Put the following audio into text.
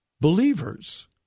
believers